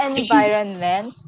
environment